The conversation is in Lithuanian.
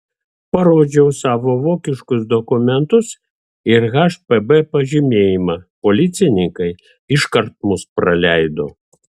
parodžiau savo vokiškus dokumentus ir hpb pažymėjimą policininkai iškart mus praleido